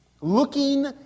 Looking